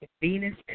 Venus